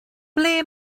ble